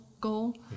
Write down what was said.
goal